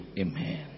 Amen